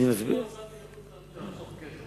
אני לא נסעתי לחוץ-לארץ כדי לחסוך כסף.